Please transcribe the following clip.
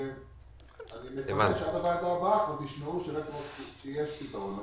אני מקווה שעד הישיבה הבאה תשמעו שיש פתרון.